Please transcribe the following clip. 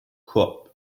crops